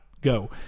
go